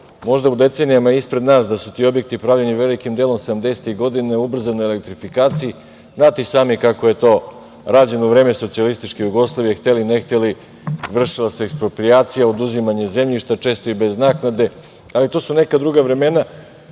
možda u decenijama ispred nas da su ti objekti pravljeni velikim delom 70. tih godina, ubrzanoj elektrifikaciji, jer znate i sami kako je to rađeno u vreme socijalističke Jugoslavije, hteli ili ne hteli, vršila se eksproprijacija oduzimanje zemljišta, često i bez naknade, ali to su neka druga vremena